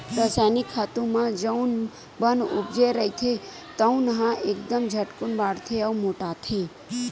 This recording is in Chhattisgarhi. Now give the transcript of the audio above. रसायनिक खातू म जउन बन उपजे रहिथे तउन ह एकदम झटकून बाड़थे अउ मोटाथे